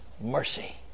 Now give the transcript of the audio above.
mercy